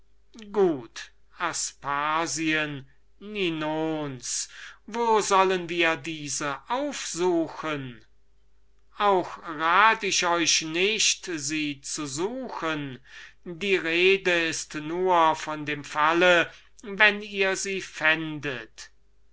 gut aspasien ninons die müßten wir im ganzen europa aufsuchen das raten wir euch nicht die rede ist nur von dem falle wenn ihr sie findet